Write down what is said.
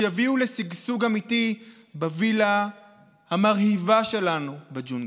שיביאו לשגשוג אמיתי בווילה המרהיבה שלנו בג'ונגל.